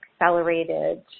accelerated